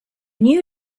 new